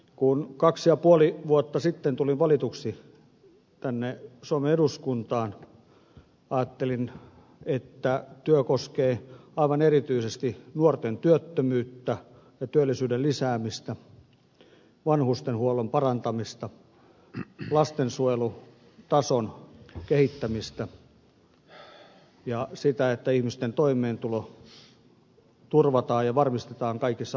kun kaksi ja puoli vuotta sitten tulin valituksi tänne suomen eduskuntaan ajattelin että työ koskee aivan erityisesti nuorten työttömyyttä ja työllisyyden lisäämistä vanhustenhuollon parantamista lastensuojelun tason kehittämistä ja sitä että ihmisten toimeentulo turvataan ja varmistetaan kaikissa olosuhteissa